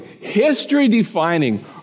history-defining